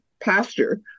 pasture